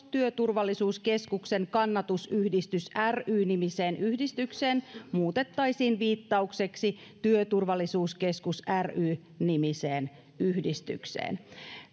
työturvallisuuskeskuksen kannatusyhdistys ry nimiseen yhdistykseen muutettaisiin viittaukseksi työturvallisuuskeskus ry nimiseen yhdistykseen